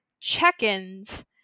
check-ins